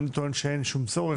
אני טוען שאין שום צורך.